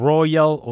Royal